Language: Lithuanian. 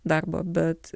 darbo bet